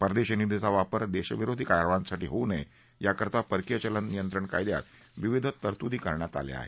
परदेशी निधीचा वापर देश विरोधी कारवायांसाठी होऊ नये याकरता परकीय चलन नियंत्रण कायद्यात विविध तरतुदी करण्यात आल्या आहेत